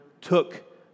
took